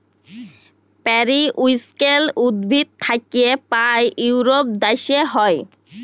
periwinkle উদ্ভিদ থাক্যে পায় ইউরোপ দ্যাশে হ্যয়